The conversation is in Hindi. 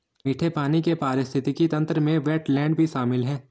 मीठे पानी के पारिस्थितिक तंत्र में वेट्लैन्ड भी शामिल है